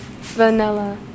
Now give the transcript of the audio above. Vanilla